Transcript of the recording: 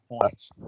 points